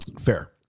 Fair